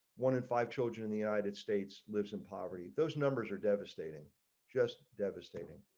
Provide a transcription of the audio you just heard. one in five children, and the united states lives in poverty. those numbers are devastating just devastating.